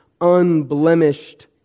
unblemished